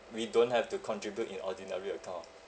we don't have to contribute in ordinary account